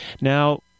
Now